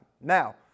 Now